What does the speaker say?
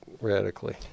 radically